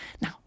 Now